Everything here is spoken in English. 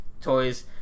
toys